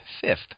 fifth